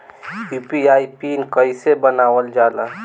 UPI PIN कइसे बनावल जाला?